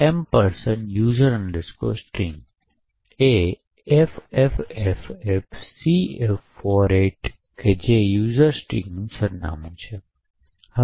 gdb px user string એ ffffcf48 જે user stringનું સરનામું છે